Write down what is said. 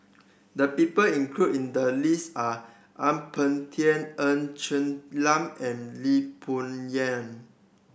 the people included in the list are Ang Peng Tiam Ng Chen Lam and Lee Boon Yang